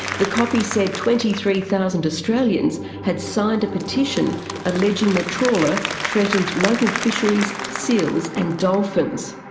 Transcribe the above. the copy said twenty three thousand australians had signed a petition alleging the trawler threatened local fisheries, seals and dolphins.